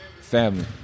Family